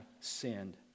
sinned